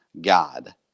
God